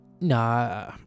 Nah